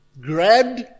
grabbed